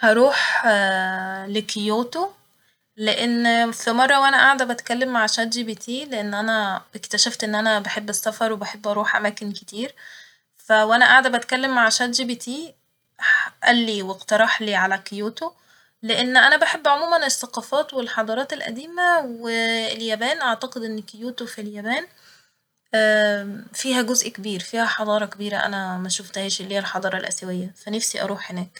هروح لكيوتو ، لإن في مرة وأنا قاعدة بتكلم مع شات جي بي تي لإن أنا اكتشفت إن أنا بحب السفر وبحب أروح أماكن كتير ، ف وأنا قاعدة بتكلم مع شات جي بي تي ح- قالي واقترحلي على كيوتو ، لإن أنا بحب عموما الثقافات والحضارات القديمة و اليابان ، أعتقد إن كيوتو في اليابان فيها جزء كبير ، فيها حضارة كبيرة أنا مشفتهاش اللي هي الحضارة الأسيوية ، ف نفسي أروح هناك